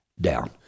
down